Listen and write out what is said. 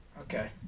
Okay